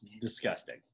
Disgusting